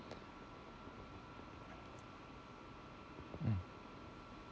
mm